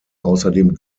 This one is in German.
außerdem